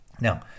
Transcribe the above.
Now